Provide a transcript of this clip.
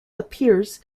appears